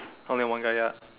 only one guy ya